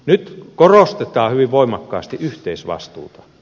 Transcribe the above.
nyt korostetaan hyvin voimakkaasti yhteisvastuuta